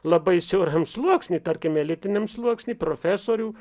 labai siauram sluoksniui tarkime elitiniam sluoksniui profesorių